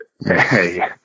Hey